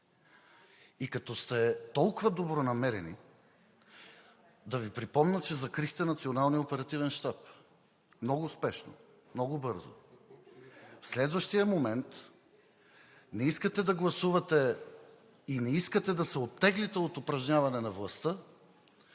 И като сте толкова добронамерени, да Ви припомня, че закрихте Националния оперативен щаб много спешно, много бързо. В следващия момент не искате да гласувате и не искате да се оттеглите от упражняване на властта,